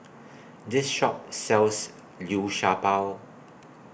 This Shop sells Liu Sha Bao